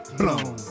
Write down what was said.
blown